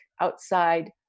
outside